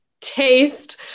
taste